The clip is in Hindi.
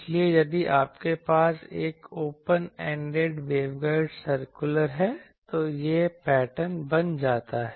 इसलिए यदि आपके पास एक ओपन एंडेड वेवगाइड सर्कुलर है तो यह पैटर्न बन जाता है